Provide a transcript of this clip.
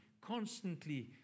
constantly